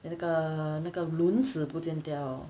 then 那个那个轮子不见掉